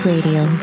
Radio